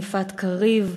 יפעת קריב,